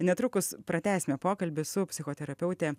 netrukus pratęsime pokalbį su psichoterapeute